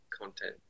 content